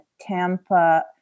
Tampa